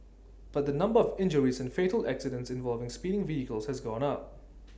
but the number of injuries and fatal accidents involving speeding vehicles has gone up